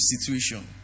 situation